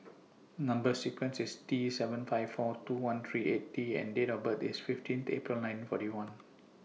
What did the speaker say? Number sequence IS T seven five four two one three eight T and Date of birth IS fifteen April nineteen forty one